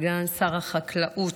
סגן שר החקלאות.